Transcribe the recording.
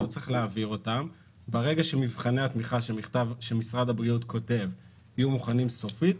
ברגע שמבחני התמיכה שמשרד הבריאות כותב יהיו מוכנים סופית,